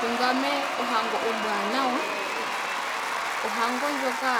Kungame ohango ombwaanawa ohango ndjoka